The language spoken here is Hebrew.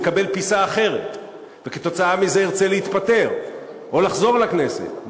יקבל פיסה אחרת וכתוצאה מזה ירצה להתפטר או לחזור לכנסת,